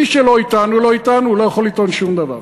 מי שלא אתנו, לא אתנו, הוא לא יכול לטעון שום דבר.